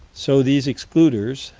so these excluders.